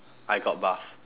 I got buff